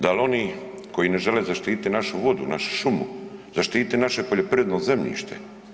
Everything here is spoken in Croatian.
Dal oni koji ne žele zaštititi našu vodu, našu šumu, zaštititi naše poljoprivredno zemljište?